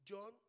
John